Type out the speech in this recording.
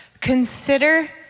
Consider